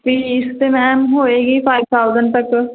ਤੇ ਇਸਤੇ ਮੈਮ ਹੋਏਗੀ ਫਾਈਵ ਥਾਊਜੈਂਟ ਤੱਕ